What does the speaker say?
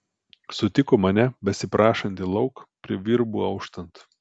sutiko mane besiprašantį lauk prie virbų auštant